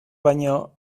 baino